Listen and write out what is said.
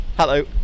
Hello